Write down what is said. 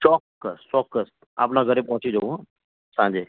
ચોક્કસ ચોક્કસ આપના ઘરે પહોંચી જઉ હં સાંજે